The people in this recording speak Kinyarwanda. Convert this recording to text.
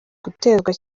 gutezwa